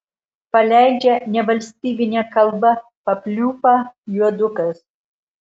paleidžia nevalstybine kalba papliūpą juodukas